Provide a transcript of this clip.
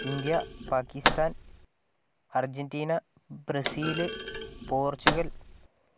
India Pakistan Argentina Brazil Portugal